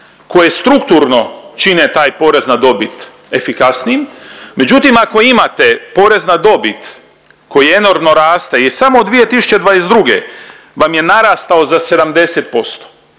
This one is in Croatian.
koje strukturno čine taj porez na dobit efikasnijim, međutim ako imate porez na dobit koji enormno raste i samo od 2022. vam je narastao za 70%.